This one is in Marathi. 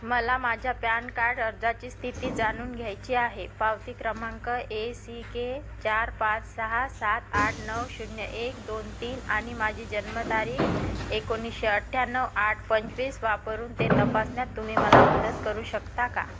मला माझ्या पॅन काड अर्जाची स्थिती जाणून घ्यायची आहे पावती क्रमांक ए सी के चार पाच सहा सात आठ नऊ शून्य एक दोन तीन आणि माझी जन्मतारीख एकोणीसशे अठ्याण्णव आठ पंचवीस वापरून ते तपासण्यात तुम्ही मला मदत करू शकता का